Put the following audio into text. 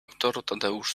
tadeusz